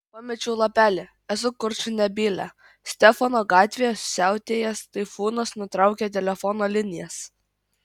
pamečiau lapelį esu kurčnebylė stefano gatvėje siautėjęs taifūnas nutraukė telefono linijas